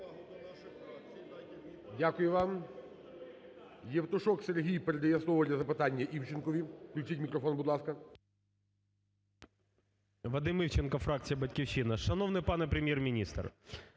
Дякую вам. Євтушок Сергій передає слово для запитання Івченкові. Включіть мікрофон, будь ласка. 10:52:20 ІВЧЕНКО В.Є. Вадим Івченко, фракція "Батьківщина". Шановний пане Прем'єр-міністр,